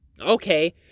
Okay